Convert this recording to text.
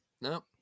No